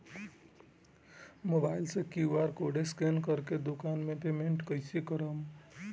Mobile से QR code scan कर के दुकान मे पेमेंट कईसे करेम?